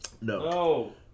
No